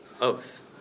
oath